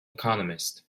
economist